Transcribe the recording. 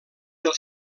del